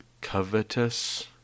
covetous